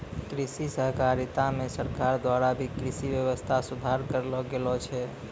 कृषि सहकारिता मे सरकार द्वारा भी कृषि वेवस्था सुधार करलो गेलो छै